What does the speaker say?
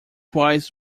was